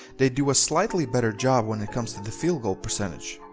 they do a slightly better job when it comes to the field goal percentage.